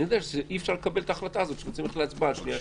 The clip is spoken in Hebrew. אני יודע שאי-אפשר לקבל את ההחלטה הזאת --- להצבעה שנייה,